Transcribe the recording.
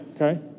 Okay